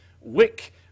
Wick